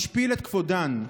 משפיל את כבודן.